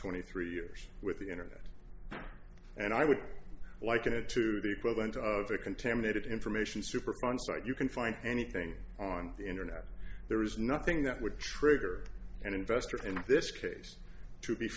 twenty three years with the internet and i would liken it to the president of a contaminated information superfund site you can find anything on the internet there is nothing that would trigger an investor in this case to be